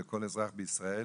לכל אזרח בישראל.